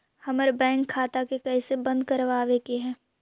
हमर बैंक खाता के कैसे बंद करबाबे के है?